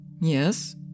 Yes